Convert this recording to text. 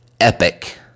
EPIC